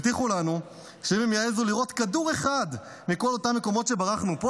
הבטיחו לנו שאם הם יעזו לירות כדור אחד מכל אותם מקומות שברחנו מהם,